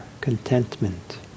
contentment